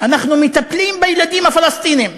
אנחנו מטפלים בילדים הפלסטינים.